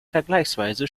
vergleichsweise